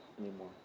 anymore